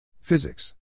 Physics